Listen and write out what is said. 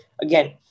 again